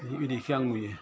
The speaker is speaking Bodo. बिदिखौ आं नुयो